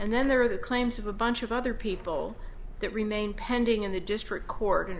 and then there are the claims of a bunch of other people that remain pending in the district court in